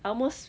I almost